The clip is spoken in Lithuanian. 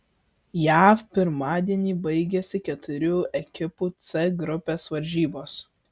jav pirmadienį baigėsi keturių ekipų c grupės varžybos